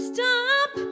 Stop